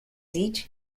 each